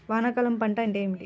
వానాకాలం పంట అంటే ఏమిటి?